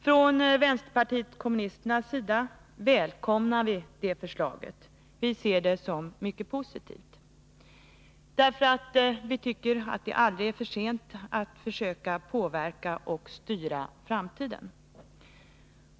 Från vänsterpartiet kommunisternas sida välkomnar vi förslaget — vi ser det som något positivt, för vi tycker att det aldrig är för sent att försöka påverka och styra framtiden.